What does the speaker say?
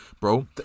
bro